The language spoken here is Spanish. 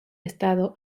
estado